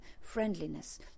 friendliness